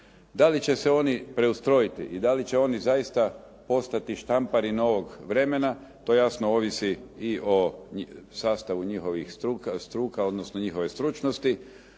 Da li će se oni preustrojiti i da li će oni zaista postati Štampari novog vremena to jasno ovisi i o sastavu njihovih struka odnosno njihove stručnosti.